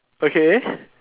okay